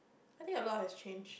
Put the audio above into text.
I think a lot has change